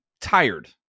tired